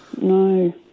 No